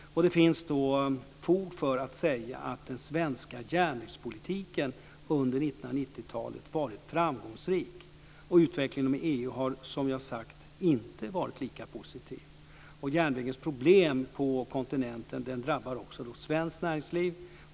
Det finns fog för att säga att den svenska järnvägspolitiken under 1990-talet varit framgångrik. Utvecklingen inom EU har, som vi har sagt, inte varit lika positiv. Järnvägens problem på kontinenten drabbar också svenskt näringsliv.